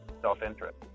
self-interest